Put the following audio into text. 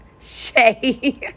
Shay